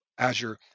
Azure